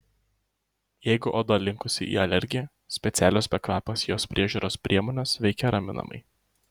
jeigu oda linkusi į alergiją specialios bekvapės jos priežiūros priemonės veikia raminamai